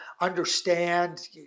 understand